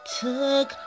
took